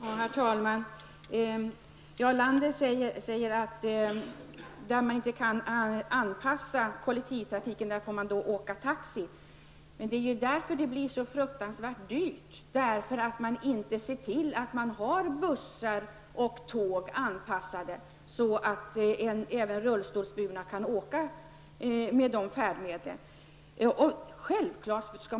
Herr talman! Jarl Lander säger att man får åka taxi där det inte går att handikappanpassa kollektivtrafiken. Ja, men det är just därför det här blir så fruktansvärt dyrt. Man ser alltså inte till att det finns bussar och tåg som är anpassade för rullstolsbundna. Självfallet behöver inte alla vagnar i ett tåg vara handikappanpassade.